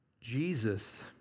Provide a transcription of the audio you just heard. Jesus